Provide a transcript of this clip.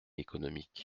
économique